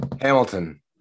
Hamilton